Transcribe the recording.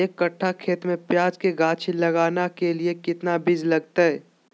एक कट्ठा खेत में प्याज के गाछी लगाना के लिए कितना बिज लगतय?